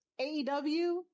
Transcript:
AEW